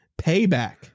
payback